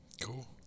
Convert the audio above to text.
cool